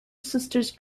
sisters